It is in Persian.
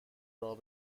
راه